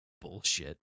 bullshit